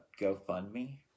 GoFundMe